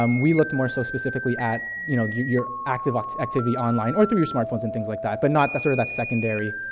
um we looked, more so, specifically at, you know, your, your activ activity online or through your smartphones and things like that, but not that, sorta that secondary,